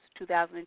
2002